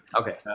Okay